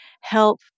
help